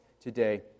today